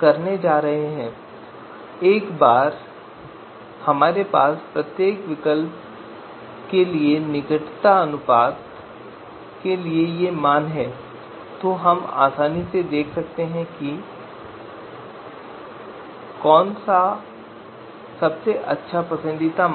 करने जा रहे हैं और एक बार हमारे पास प्रत्येक विकल्प के लिए निकटता अनुपात के लिए ये मान हैं तो हम आसानी से देख सकते हैं कि कौन सा सबसे अच्छा पसंदीदा है